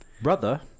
Brother